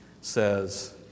says